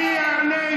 אני אענה.